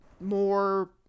more